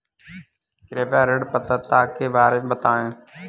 कृपया ऋण पात्रता के बारे में बताएँ?